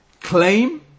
claim